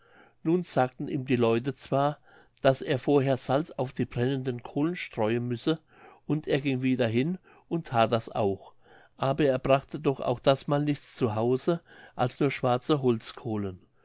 nun sagten ihm die leute zwar daß er vorher salz auf die brennenden kohlen streuen müsse und er ging wieder hin und that das auch aber er brachte doch auch dasmal nichts zu hause als nur schwarze holzkohlen